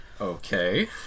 Okay